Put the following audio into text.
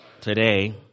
today